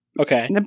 Okay